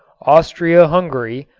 austria-hungary,